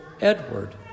Edward